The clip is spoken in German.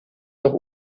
noch